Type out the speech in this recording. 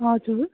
हजुर